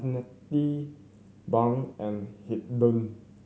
Arnetta Bunk and Haiden